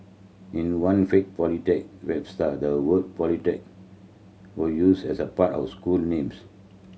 in one fake polytechnic website the word Polytechnics was used as part of school names